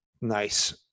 nice